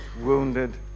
wounded